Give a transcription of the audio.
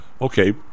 okay